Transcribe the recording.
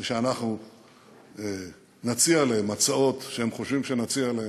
זה שאנחנו נציע להם הצעות שהם חושבים שאנחנו נציע להם,